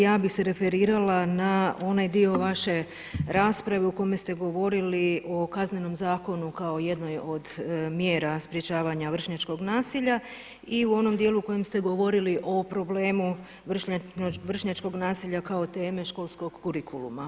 Ja bih se referirala na onaj dio vaše rasprave u kome ste govorili o Kaznenom zakonu kao jednoj od mjera sprečavanja vršnjačkog nasilja i u onom dijelu u kojem ste govorili o problemu vršnjačkog nasilja kao teme školskog kurikuluma.